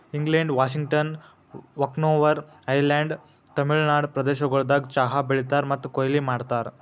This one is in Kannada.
England, Washington, Vancouver Island, Tamil Nadu ಪ್ರದೇಶಗೊಳ್ದಾಗ್ ಚಹಾ ಬೆಳೀತಾರ್ ಮತ್ತ ಕೊಯ್ಲಿ ಮಾಡ್ತಾರ್